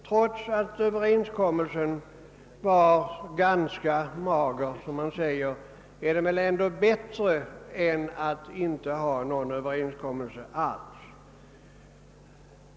Trots att överenskommelsen är ganska mager är den väl bättre än ingen överenskommelse alls.